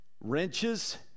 wrenches